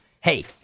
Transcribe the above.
Hey